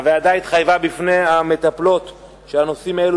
הוועדה התחייבה בפני המטפלות שהנושאים האלה